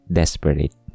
desperate